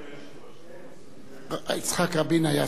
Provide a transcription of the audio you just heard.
אדוני, יצחק רבין היה שר הביטחון.